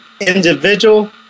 individual